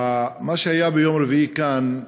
מה שהיה ביום רביעי כאן,